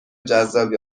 جذاب